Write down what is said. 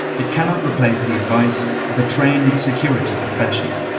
it cannot replace the advice of a trained security professional.